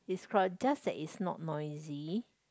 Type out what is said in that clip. it's crowd just that it's not noisy